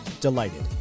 delighted